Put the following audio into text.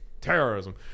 Terrorism